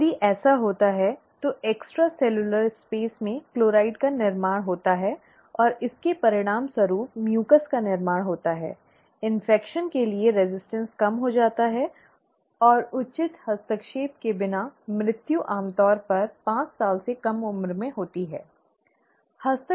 यदि ऐसा होता है तो अतिरिक्त सेलुलर स्पेस में क्लोराइड का निर्माण होता है और इसके परिणामस्वरूप म्यूकस का निर्माण होता है संक्रमण के लिए प्रतिरोध कम हो जाता है और उचित हस्तक्षेप के बिना मृत्यु आमतौर पर पांच साल से कम उम्र में होती है ठीक है